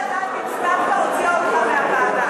אני רוצה לדעת אם סתיו כבר הוציאה אותך מהוועדה.